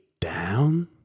down